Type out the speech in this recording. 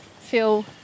feel